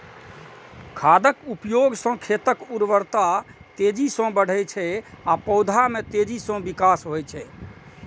खादक उपयोग सं खेतक उर्वरता तेजी सं बढ़ै छै आ पौधा मे तेजी सं विकास होइ छै